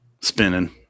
spinning